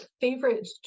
favorite